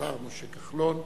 השר משה כחלון.